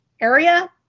area